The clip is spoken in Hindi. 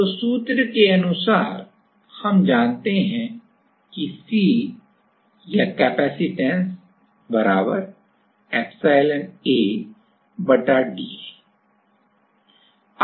तो सूत्र के अनुसार हम जानते हैं कि C या कैपेसिटेंस ईपीएसलॉन A बटा D है